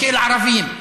כערבים,